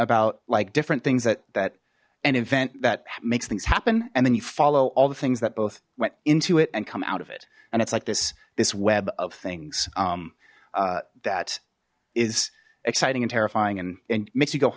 about like different things that that an event that makes things happen and then you follow all the things that both went into it and come out of it and it's like this this web of things that is exciting and terrifying and makes you go